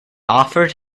offered